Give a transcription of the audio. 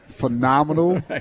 Phenomenal